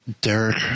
Derek